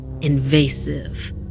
invasive